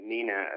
Nina